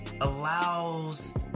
allows